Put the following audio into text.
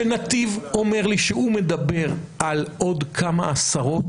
כשנתיב אומר לי שהוא מדבר על עוד כמה עשרות,